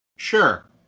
Sure